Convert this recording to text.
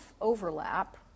overlap